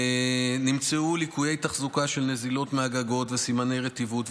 נמצאו ליקויי תחזוקה של נזילות מהגגות וסימני רטיבות,